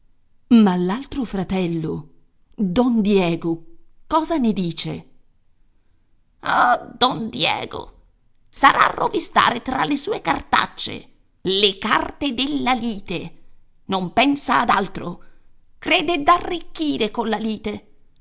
ma l'altro fratello don diego cosa ne dice ah don diego sarà a rovistare fra le sue cartacce le carte della lite non pensa ad altro crede d'arricchire colla lite